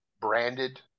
branded